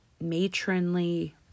matronly